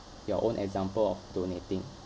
your own example of donating